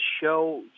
show